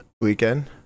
weekend